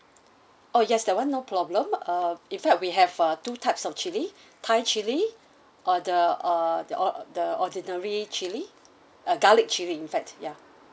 oh yes that [one] no problem uh in fact we have uh two types of chilli thai chilli or the uh the or the ordinary chilli uh garlic chilli in fact ya